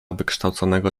wykształconego